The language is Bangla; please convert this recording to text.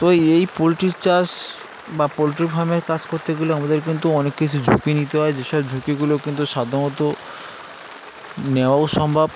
তো এই পোলট্রির চাষ বা পোলট্রি ফার্মের কাজগুলো আমাদের কিন্তু অনেক কিছু ঝঁকি নিতে হয় যেসব ঝুঁকিগুলো কিন্তু সাধারণত নেওয়াও সম্ভব